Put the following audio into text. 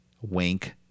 wink